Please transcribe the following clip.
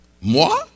moi